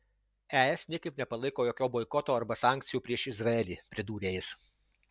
es niekaip nepalaiko jokio boikoto arba sankcijų prieš izraelį pridūrė jis